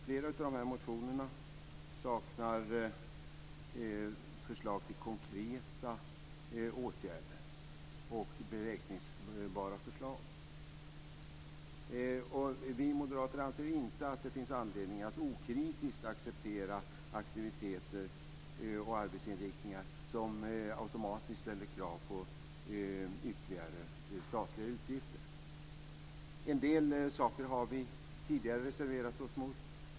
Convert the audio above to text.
Flera av motionerna saknar förslag till konkreta åtgärder, beräkningsbara förslag. Vi moderater anser inte att det finns anledning att okritiskt acceptera aktiviteter och arbetsinriktningar som automatiskt ställer krav på ytterligare statliga utgifter. En del saker har vi tidigare reserverat oss mot.